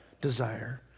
desire